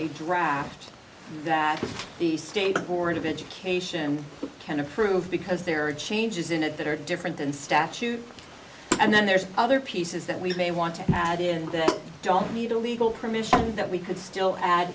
a draft that the state board of education can approve because there are changes in it that are different than statute and then there's other pieces that we may want to add in that don't need a legal permission that we could still add